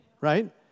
right